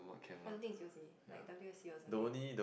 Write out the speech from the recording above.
I don't think is U_O_C like W_S_C or something